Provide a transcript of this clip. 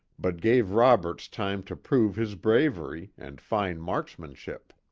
but gave roberts time to prove his bravery, and fine marksmanship.